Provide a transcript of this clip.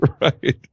right